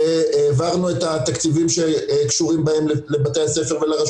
לא ייתכן שסוגרים מסגרת או בית ספר של 7,000,